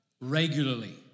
regularly